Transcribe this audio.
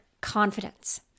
confidence